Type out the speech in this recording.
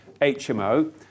HMO